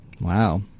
Wow